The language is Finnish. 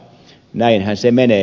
näinhän se menee